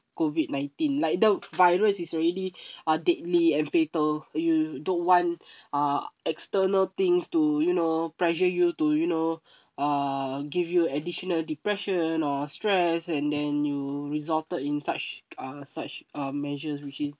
COVID nineteen like the virus is already are deadly and fatal you don't want uh external things to you know pressure you to you know uh give you additional depression or stress and then you resulted in such a such a measures which is